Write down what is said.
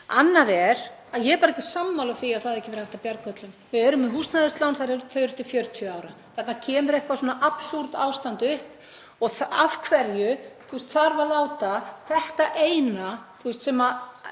Annað er að ég er ekki sammála því að ekki hefði verið hægt að bjarga öllum. Við erum með húsnæðislán, þau eru til 40 ára. Þarna kemur eitthvert svona absúrd ástand upp — af hverju þarf að láta þetta eina sem